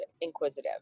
inquisitive